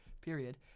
period